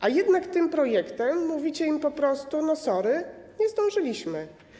A jednak tym projektem mówicie im po prostu: No sorry, nie zdążyliśmy.